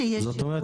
זאת אומרת,